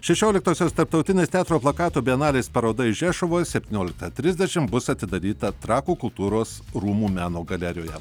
šešioliktosios tarptautinis teatro plakato bienalės paroda šešuvoj septyniolika trisdešim bus atidaryta trakų kultūros rūmų meno galerijoje